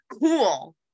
cool